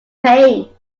paying